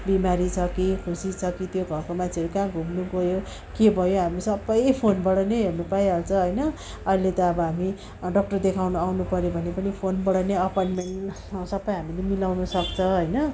बिमारी छ कि खुसी छ कि त्यो घरको मान्छेहरू कहाँ घुम्नु गयो के भयो हाम्रो सबै फोनबाट नै हेर्न पाइहाल्छ होइन अहिले त अब हामी डक्टर देखाउन आउनुपर्यो भने पनि फोनबाट नै एपोइन्टमेन्ट सबै हामीले मिलाउनसक्छौँ होइन